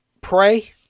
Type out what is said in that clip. Pray